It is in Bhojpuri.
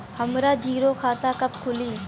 हमरा जीरो खाता कब खुली?